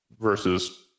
versus